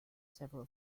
several